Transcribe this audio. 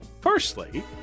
Firstly